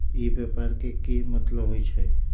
ई व्यापार के की मतलब होई छई?